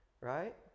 Right